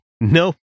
no